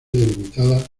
delimitada